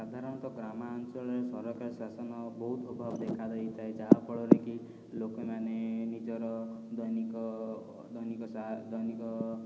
ସାଧାରଣତଃ ଗ୍ରାମାଞ୍ଚଳରେ ସରକାରୀ ଶାସନ ବହୁତ ଅଭାବ ଦେଖାଦେଇଥାଏ ଯାହାଫଳରେ କି ଲୋକମାନେ ନିଜର ଦୈନିକ ଦୈନିକ